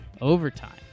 overtime